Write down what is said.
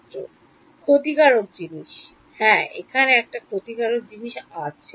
ছাত্র ক্ষতিকারক জিনিস হ্যাঁ এখানে একটা ক্ষতিকারক জিনিস আছে